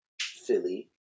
Philly